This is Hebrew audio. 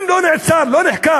אם הוא לא נעצר ולא נחקר,